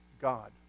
God